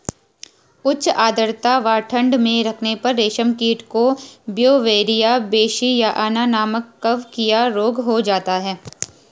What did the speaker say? उच्च आद्रता व ठंड में रखने पर रेशम कीट को ब्यूवेरिया बेसियाना नमक कवकीय रोग हो जाता है